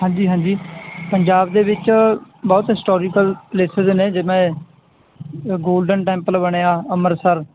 ਹਾਂਜੀ ਹਾਂਜੀ ਪੰਜਾਬ ਦੇ ਵਿੱਚ ਬਹੁਤ ਹਿਸਟੋਰੀਕਲ ਪਲੇਸਿਸ ਨੇ ਜਿਵੇਂ ਗੋਲਡਨ ਟੈਂਪਲ ਬਣਿਆ ਅੰਮ੍ਰਿਤਸਰ